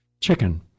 chicken